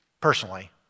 personally